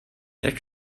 jak